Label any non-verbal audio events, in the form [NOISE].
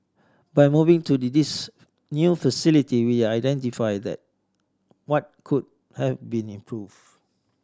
by moving to [UNINTELLIGIBLE] this new facility we identified what could have be improved